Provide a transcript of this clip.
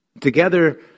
Together